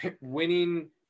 winning